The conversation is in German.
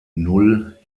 null